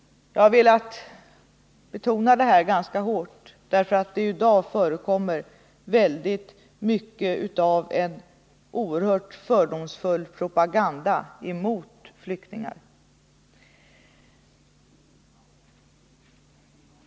Jag har velat betona detta ganska hårt därför att det i dag förekommer mycket av en oerhört fördomsfull propaganda mot flyktingar.